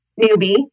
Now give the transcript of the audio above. newbie